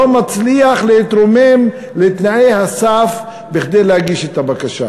לא מצליח להתרומם לתנאי הסף כדי להגיש את הבקשה.